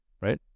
right